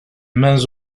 mains